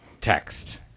text